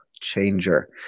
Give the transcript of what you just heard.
changer